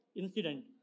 incident